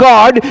God